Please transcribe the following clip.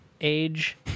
age